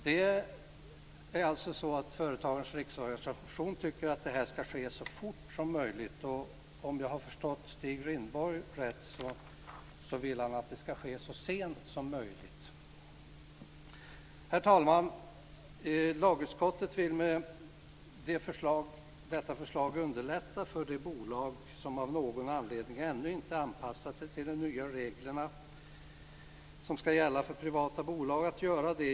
Det är alltså så att Företagarnas Riksorganisation tycker att det här skall ske så fort som möjligt, och om jag har förstått Stig Rindborg rätt vill han att det skall ske så sent som möjligt. Herr talman! Lagutskottet vill med detta förslag underlätta för de bolag som av någon anledning ännu inte anpassat sig till de nya regler som skall gälla för privata bolag att göra detta.